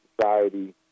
society